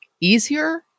easier